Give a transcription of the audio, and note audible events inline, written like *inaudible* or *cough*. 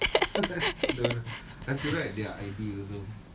what *laughs*